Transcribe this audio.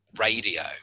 radio